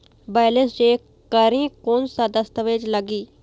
Balance check करें कोन सा दस्तावेज लगी?